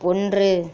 ஒன்று